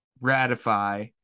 ratify